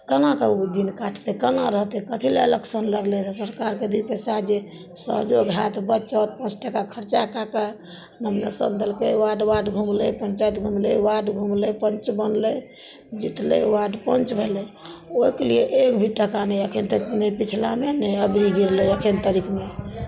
केना कऽ ओ दिन काटतै केना रहतै कथी लेल इलेक्शन लड़लै रहए सरकारके दे पैसा जे सहयोग हैत बचत पाँच टाका खर्चा कए कऽ मेम्बरसभ देलकै वार्ड वार्ड घुमलै पञ्चायत घुमलै वार्ड घुमलै पञ्च बनलै जितलै वार्ड पञ्च भेलै ओहिके लिए एक भी टाका नहि एखन तक नहि पछिलामे नहि अभीके अयलैए एखन तलिकमे